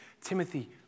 Timothy